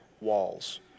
walls